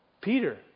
Peter